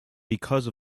because